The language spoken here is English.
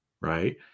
right